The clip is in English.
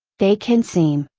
they can seem,